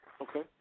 Okay